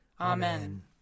Amen